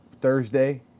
Thursday